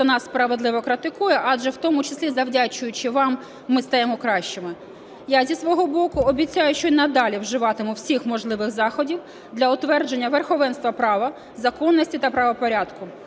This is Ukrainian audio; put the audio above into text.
хто нас справедливо критикує, адже в тому числі, завдячуючи вам, ми стаємо кращими. Я зі свого боку обіцяю, що й надалі вживатиму всіх можливих заходів для утвердження верховенства права, законності та правопорядку,